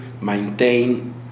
maintain